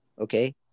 Okay